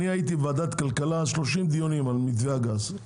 אני הייתי בוועדת כלכלה 30 דיונים על מתווה הגז,